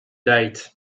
date